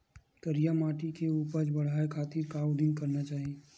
करिया माटी के उपज बढ़ाये खातिर का उदिम करना चाही?